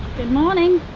good morning.